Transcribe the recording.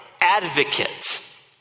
advocate